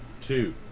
Two